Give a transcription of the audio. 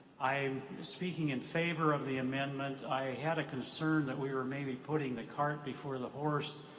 i'm speaking in favor of the amendment. i had a concern that we were maybe putting the cart before the horse,